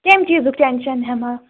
کمہِ چیٖزُک ٹٮ۪نٛشن ہٮ۪مہٕ ہا